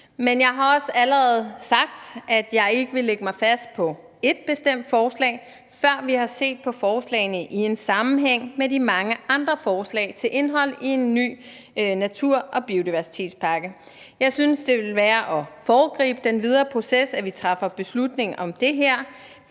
Men jeg har også allerede sagt, at jeg ikke vil lægge mig fast på ét bestemt forslag, før vi har set på forslagene i en sammenhæng med de mange andre forslag til indhold i en ny natur- og biodiversitetspakke. Jeg synes, det vil være at foregribe den videre proces, at vi træffer beslutning om det her,